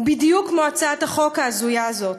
בדיוק כמו הצעת החוק ההזויה הזאת.